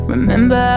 Remember